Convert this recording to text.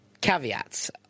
Caveats